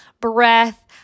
breath